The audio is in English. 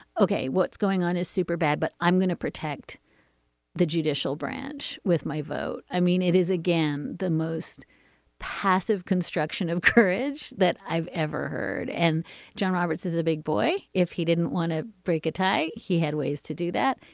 ok? what's going on is super bad, but i'm going to protect the judicial branch with my vote. i mean, it is, again, the most passive construction of courage that i've ever heard. and john roberts is a big boy. if he didn't want to break a tie, he had ways to do that.